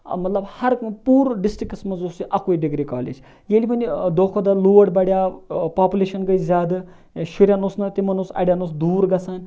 مَطلَب ہَر پوٗرٕ ڈِسٹرکَس مَنٛز اوس یہِ اَکوے ڈِگری کالیج ییٚلہِ وۄنۍ دۄہ کھۄتہٕ دۄہ لوڈ بَڑیو پاپُلیشَن گٔے زیادٕ شُریٚن اوس نہٕ تِمَن اوس اَڈیٚن اوس دوٗر گَژھان